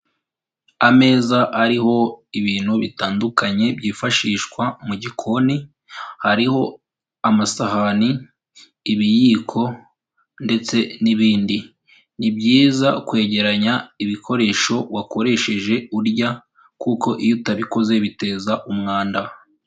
Ameza ariho ibintu bitandukanye byifashishwa mu gikoni, hariho amasahani, ibiyiko ndetse n'ibindi, ni byiza kwegeranya ibikoresho wakoresheje urya kuko iyo utabikoze biteza umwanda.